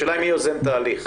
השאלה מי יוזם את ההליך.